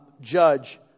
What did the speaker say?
judge